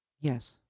Yes